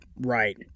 Right